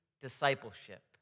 Discipleship